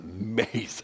amazing